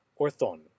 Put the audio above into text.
Orthon